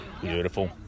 Beautiful